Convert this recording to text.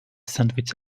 sandwich